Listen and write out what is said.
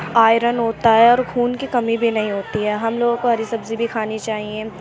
iron ہوتا ہے اور خون کی کمی بھی نہیں ہوتی ہے ہم لوگوں کو ہری سبزی بھی کھانی چاہیے